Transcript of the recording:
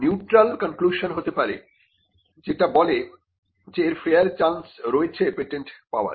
neutral conclusion হতে পারে যেটা বলে যে এর ফেয়ার চান্স রয়েছে পেটেন্ট পাবার